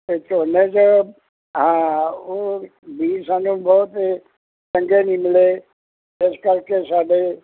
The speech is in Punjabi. ਅਤੇ ਝੋਨੇ 'ਚ ਹਾਂ ਉਹ ਬੀਜ ਸਾਨੂੰ ਬਹੁਤੇ ਚੰਗੇ ਨਹੀਂ ਮਿਲੇ ਇਸ ਕਰਕੇ ਸਾਡੇ